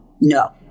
No